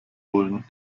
wollen